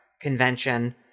convention